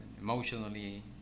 emotionally